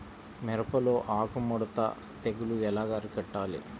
మిరపలో ఆకు ముడత తెగులు ఎలా అరికట్టాలి?